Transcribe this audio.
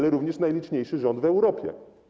To również najliczniejszy rząd w Europie.